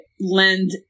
lend